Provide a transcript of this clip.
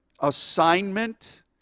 assignment